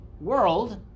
world